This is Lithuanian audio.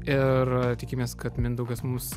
ir tikimės kad mindaugas mums